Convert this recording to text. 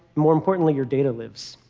more importantly, your data lives.